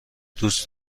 دوست